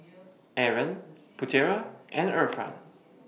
Aaron Putera and Irfan